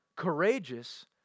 Courageous